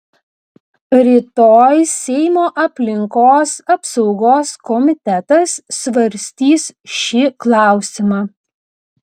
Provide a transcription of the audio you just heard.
rytoj seimo aplinkos apsaugos komitetas svarstys šį klausimą